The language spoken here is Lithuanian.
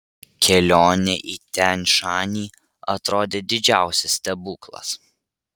kelionė į tian šanį atrodė didžiausias stebuklas